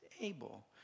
able